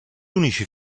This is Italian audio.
unici